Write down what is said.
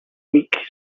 week